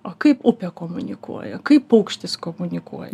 o kaip upė komunikuoja kaip paukštis komunikuoja